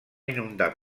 inundar